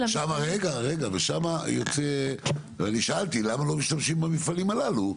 אני שאלתי למה לא משתמשים במפעלים הללו,